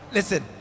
Listen